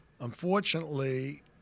Unfortunately